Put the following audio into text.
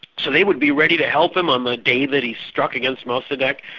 so they would be ready to help him on the day that he struck against mossadeq.